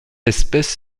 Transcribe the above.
espèce